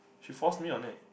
she force me on it